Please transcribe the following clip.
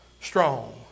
strong